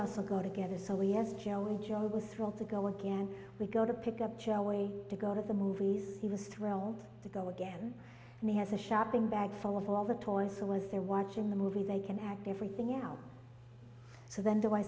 us will go together so we as jolie job was role to go again we go to pick up our way to go to the movies he was thrilled to go again and he has a shopping bag full of all the toys who was there watching the movie they can act everything out so then do i